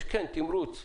כן יש תימרוץ,